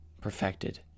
perfected